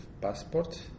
passport